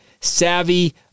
savvy